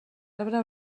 arbre